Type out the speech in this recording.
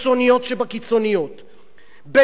קיצוניות שבקיצוניות,